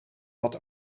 wat